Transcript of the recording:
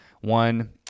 one